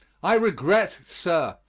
i regret, sir,